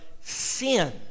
sin